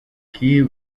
key